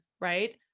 right